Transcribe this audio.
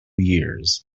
years